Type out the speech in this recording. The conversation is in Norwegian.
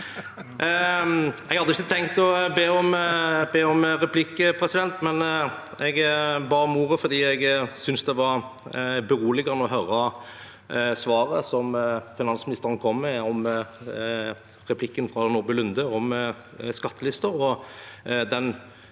Jeg hadde ikke tenkt å be om replikk, men jeg ba om ordet fordi jeg syntes det var beroligende å høre svaret som finansministeren kom med på replikken fra Nordby Lunde om skattelister,